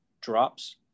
drops